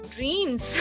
Dreams